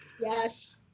Yes